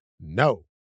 No